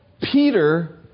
Peter